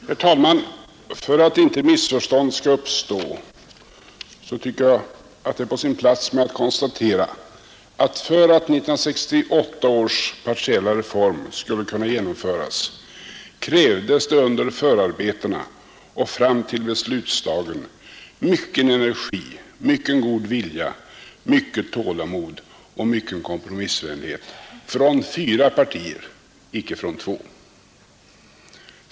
Herr talman! För att inte missförstånd skall uppstå tycker jag att det är på sin plats att konstatera, att för att 1968 års partiella reform skulle kunna genomföras krävdes det under förarbetena och fram till beslutsdagen mycken energi, mycken god vilja, mycket tålamod och mycken kompromissvänlighet från fyra partier — icke från två.